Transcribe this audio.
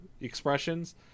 expressions